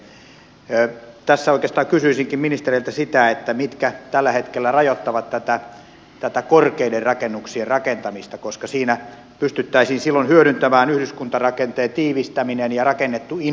tässä oikeastaan kysyisinkin ministereiltä sitä mitkä asiat tällä hetkellä rajoittavat tätä korkeiden rakennuksien rakentamista koska siinä pystyttäisiin silloin hyödyntämään yhdyskuntarakenteen tiivistäminen ja rakennettu infra